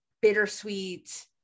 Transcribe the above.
bittersweet